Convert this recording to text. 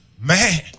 man